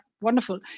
wonderful